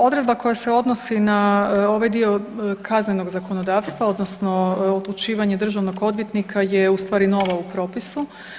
Odredba koja se odnosi na ovaj dio kaznenog zakonodavstva odnosno upućivanje državnog odvjetnika je u stvari nova u propisu.